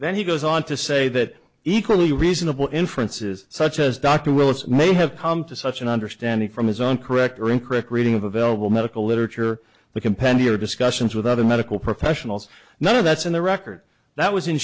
then he goes on to say that equally reasonable inferences such as dr willis may have come to such an understanding from his own correct or incorrect reading of available medical literature the compendium of discussions with other medical professionals none of that's in the record that was in